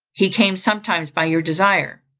he came sometimes by your desire.